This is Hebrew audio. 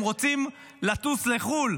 הם רוצים לטוס לחו"ל.